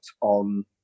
on